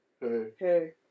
Hey